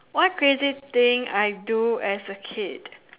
what crazy thing I do as a kid